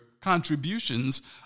contributions